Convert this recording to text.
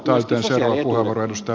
arvoisa puhemies